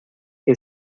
que